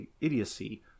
idiocy